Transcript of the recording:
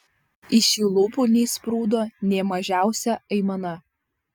iš jų lūpų neišsprūdo nė mažiausia aimana